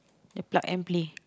the plug and play